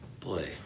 Boy